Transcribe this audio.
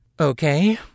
Okay